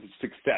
success